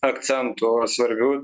akcento svarbių